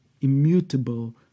immutable